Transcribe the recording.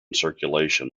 circulation